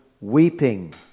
weeping